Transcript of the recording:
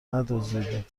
ندزدیدیم